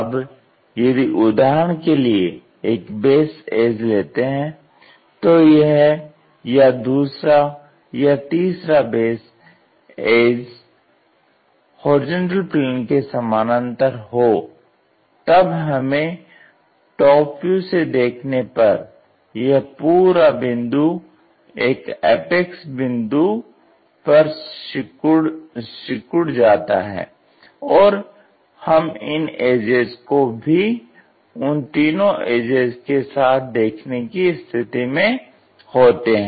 अब यदि उदाहरण के लिए एक बेस एज लेते हैं तो यह या दूसरा या तीसरा बेस एज HP के समानांतर हो तब हमें टॉप व्यू से देखने पर यह पूरा बिंदु एक एपेक्स बिंदु पर सिकुड़ जाता है और हम इन एजेज को भी उन तीनो एजेज के साथ देखने की स्थिति में होते हैं